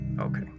Okay